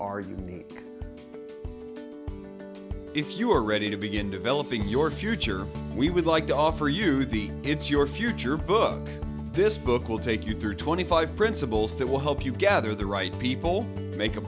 are unique if you are ready to begin developing your future we would like to offer you the it's your future book this book will take you through twenty five principles that will help you gather the right people to make a